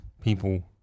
people